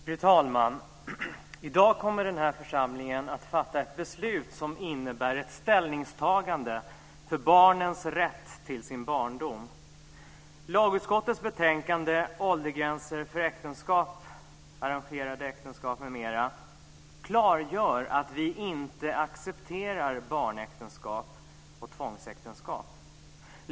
Fru talman! I dag kommer den här församlingen att fatta ett beslut som innebär ett ställningstagande för barnens rätt till sin barndom. Lagutskottets betänkande Åldersgränser för äktenskap, m.m. klargör att vi inte accepterar barnäktenskap och tvångsäktenskap.